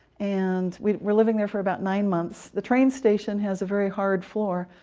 and we were living there for about nine months. the train station has a very hard floor,